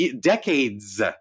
decades